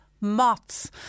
moths